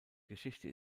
geschichte